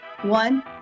one